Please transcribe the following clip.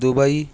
Dubai